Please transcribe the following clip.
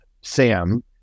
Sam